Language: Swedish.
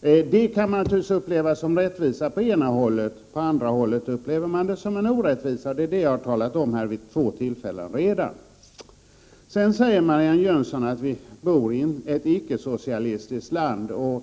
Det kan man natur ligtvis uppleva som rättvisa på det ena hållet, men på det andra hållet upplever man det som en orättvisa — och det är det jag redan har talat om här vid två tillfällen. Sedan säger Marianne Jönsson att vi bor i ett icke-socialistiskt land.